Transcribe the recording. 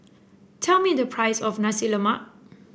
tell me the price of Nasi Lemak